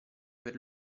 per